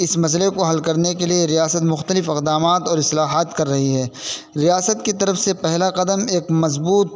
اس مسئلے کو حل کرنے کے لیے ریاست مختلف اقدامات اور اصلاحات کر رہی ہے ریاست کی طرف سے پہلا قدم ایک مضبوط